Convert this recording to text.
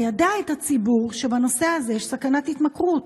ליידע את הציבור שבנושא הזה יש סכנת התמכרות.